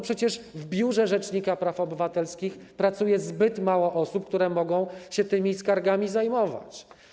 Przecież w Biurze Rzecznika Praw Obywatelskich pracuje zbyt mało osób, które mogą się tymi skargami zajmować.